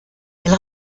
elle